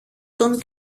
τον